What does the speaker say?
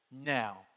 Now